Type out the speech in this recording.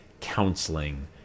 counseling